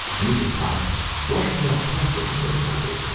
and even plants. brushtail possums, for example,